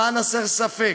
למען הסר ספק,